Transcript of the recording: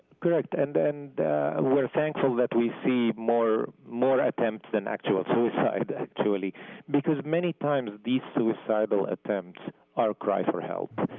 correct and and ah we are thankful that we see more more attempts than actual suicide actually because many times these suicidal attempts are cries for help.